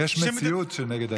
יש מציאות נגד הייצוג.